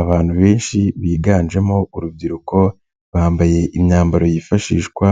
Abantu benshi biganjemo urubyiruko, bambaye imyambaro yifashishwa